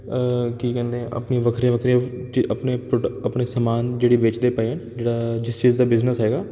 ਕੀ ਕਹਿੰਦੇ ਆ ਆਪਣੀਆਂ ਵੱਖਰੀਆਂ ਵੱਖਰੀਆਂ ਆਪਣੇ ਆਪਣੇ ਸਮਾਨ ਜਿਹੜੇ ਵੇਚਦੇ ਪਏ ਹਨ ਜਿਹੜਾ ਜਿਸ ਚੀਜ਼ ਦਾ ਬਿਜ਼ਨਸ ਹੈਗਾ